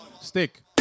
Stick